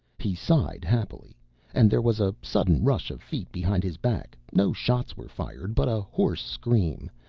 he sighed happily and there was a sudden rush of feet behind his back. no shots were fired but a hoarse scream,